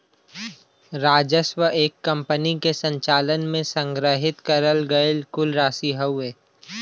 राजस्व एक कंपनी के संचालन में संग्रहित करल गयल कुल राशि हउवे